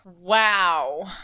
Wow